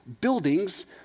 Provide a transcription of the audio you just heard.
buildings